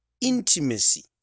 intimacy